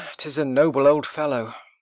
tis a noble old fellow.